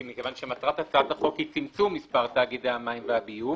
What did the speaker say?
כי מכיוון שמטרת הצעת החוק היא צמצום מספר תאגידי המים והביוב,